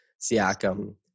Siakam